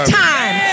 time